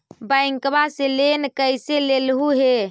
बैंकवा से लेन कैसे लेलहू हे?